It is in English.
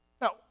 Now